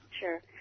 Sure